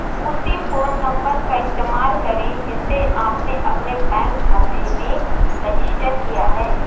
उसी phone number का इस्तेमाल करें जिसे आपने अपने बैंक खाते में रजिस्टर किया है